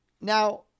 Now